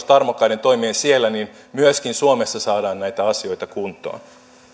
tarmokkaiden toimien siellä myöskin suomessa saadaan näitä asioita kuntoon